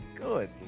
Good